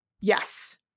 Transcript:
Yes